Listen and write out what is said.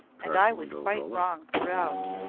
and i was quite wrong throughout.